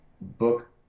book